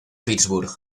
pittsburgh